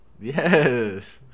yes